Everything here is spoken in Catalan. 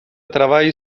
treball